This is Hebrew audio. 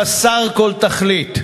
חסר כל תכלית.